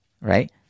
right